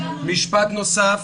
דבר נוסף